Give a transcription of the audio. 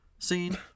Scene